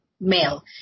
male